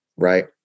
right